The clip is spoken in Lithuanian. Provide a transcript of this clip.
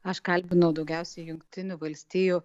aš kalbinau daugiausiai jungtinių valstijų